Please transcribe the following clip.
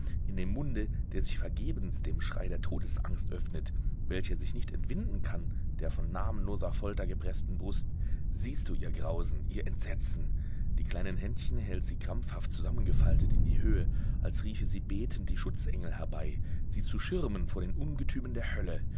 in dem munde der sich vergebens dem schrei der todesangst öffnet welcher sich nicht entwinden kann der von namenloser folter gepreßten brust siehst du ihr grausen ihr entsetzen die kleinen händchen hält sie krampfhaft zusammengefaltet in die höhe als riefe sie betend die schutzengel herbei sie zu schirmen vor den ungetümen der hölle